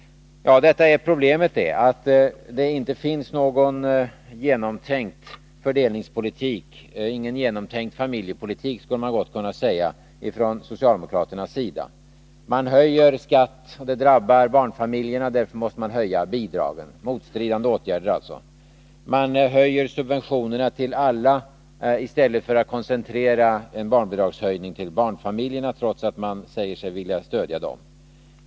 Detta är problemet, att det inte finns någon genomtänkt fördelningspolitik —- ingen genomtänkt familjepolitik, skulle man gott kunna säga — från socialdemokraternas sida. Man höjer en skatt, det drabbar barnfamiljerna, och därför måste man höja barnbidragen — motstridande åtgärder alltså. Man höjer subventionerna till alla i stället för att koncentrera sig på en barnbidragshöjning till barnfamiljerna, trots att man säger sig vilja stödja dem.